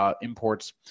imports